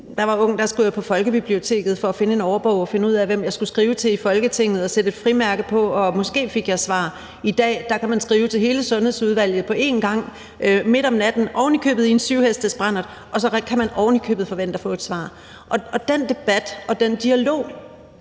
jeg var ung, skulle jeg på folkebiblioteket for at finde en årbog og finde ud af, hvem jeg skulle skrive til i Folketinget, sætte frimærke på, og måske fik jeg svar. I dag kan man skrive til hele Sundhedsudvalget på en gang, midt om natten og ovenikøbet i en syvhestesbrandert, og så kan man ovenikøbet forvente at få et svar, og den debat og den dialog